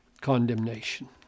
condemnation